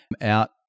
out